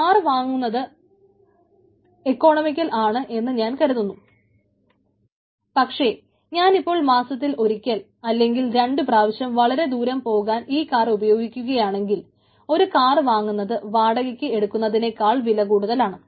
car വാങ്ങിക്കുന്നത് economical ആണ് എന്ന് ഞാൻ കരുതുന്നു പക്ഷേ ഞാനിപ്പോൾ മാസത്തിൽ ഒരിക്കൽ അല്ലെങ്കിൽ രണ്ടു പ്രാവശ്യം വളരെ ദൂരം പോകാൻ ഈ കാർ ഉപയോഗിക്കുകയാണെങ്കിൽ ഒരു കാർ വാങ്ങുന്നത് വാടകയ്ക്ക് എടുക്കുന്നതിനേക്കാൾ വില കൂടുതലാണ്